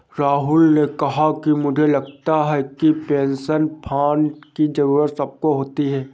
राहुल ने कहा कि मुझे लगता है कि पेंशन फण्ड की जरूरत सबको होती है